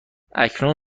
اکنون